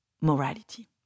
morality